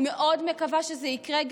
אני מאוד מקווה שזה גם יקרה.